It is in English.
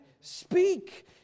speak